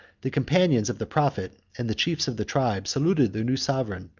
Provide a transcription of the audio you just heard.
the companions of the prophet, and the chiefs of the tribes, saluted their new sovereign,